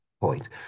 point